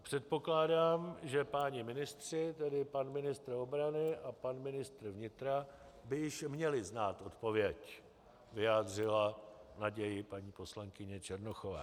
Předpokládám, že páni ministři, tedy pan ministr obrany a pan ministr vnitra, by již měli znát odpověď, vyjádřila naději paní poslankyně Černochová.